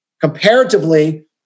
comparatively